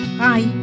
bye